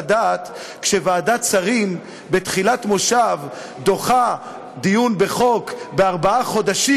שכשוועדת שרים בתחילת מושב דוחה דיון בחוק בארבעה חודשים,